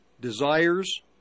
desires